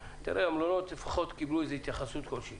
קיבלו התייחסות כלשהי